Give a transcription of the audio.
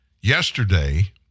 Yesterday